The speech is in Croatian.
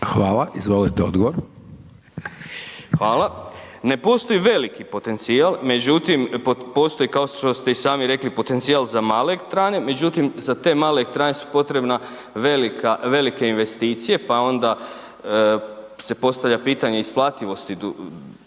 Miro (HDZ)** Hvala. Ne postoji veliki potencijal, međutim postoji kao što ste i sami rekli potencijal za male elektrane, međutim za te male elektrane su potrebne velike investicije, pa onda se postavlja pitanje isplativosti